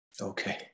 Okay